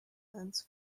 dense